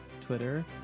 Twitter